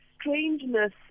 strangeness